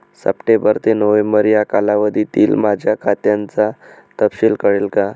September ते November या कालावधीतील माझ्या खात्याचा तपशील कळेल का?